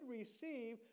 receive